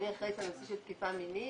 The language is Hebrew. אני אחראית על הנושא של תקיפה מינית,